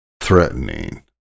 threatening